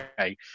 okay